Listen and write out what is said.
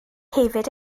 hefyd